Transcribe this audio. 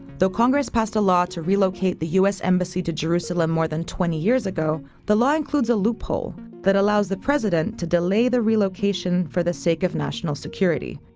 though congress passed a law to relocate the u embassy to jerusalem more than twenty years ago, the law includes a loophole that allows the president to delay the relocation for the sake of national security.